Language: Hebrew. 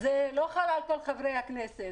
זה לא חל על כל חברי הכנסת.